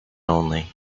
only